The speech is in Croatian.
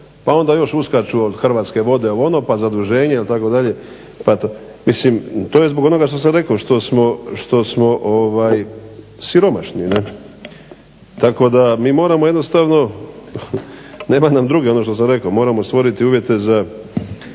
pa onda još uskaču od Hrvatske vode, pa zaduženje itd. Mislim to je zbog onoga što sam rekao što smo siromašni, tako da mi moramo jednostavno, nema nam druge ono što sam rekao, moramo stvoriti uvjete za